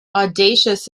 audacious